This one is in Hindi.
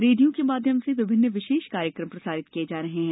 रेडियो के माध्यम से विभिन्न विशेष कार्यक्रम प्रसारित किये जा रहे है